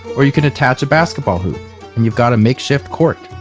or you can attach a basketball hoop and you've got a makeshift court.